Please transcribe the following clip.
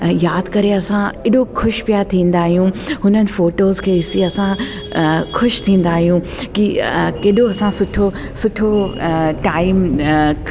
यादि करे असां एॾो ख़ुशि पिया थींदा आहियूं हुनननि फोटोस खे ॾिसी असां ख़ुशि थींदा आहियूं की केॾो असां सुठो सुठो टाइम